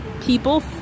people